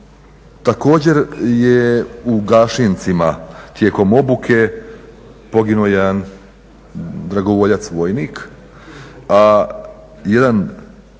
Također je u Gašincima tijekom obuke poginuo jedan dragovoljac vojnik, a jedan